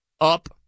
up